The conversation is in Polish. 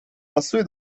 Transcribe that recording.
pasuje